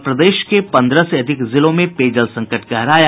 और प्रदेश के पन्द्रह से अधिक जिलों में पेयजल संकट गहराया